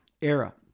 era